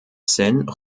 scène